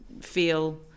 feel